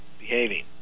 Behaving